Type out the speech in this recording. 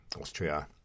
Austria